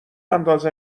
انداز